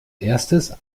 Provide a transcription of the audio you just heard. erstes